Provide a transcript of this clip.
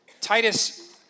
Titus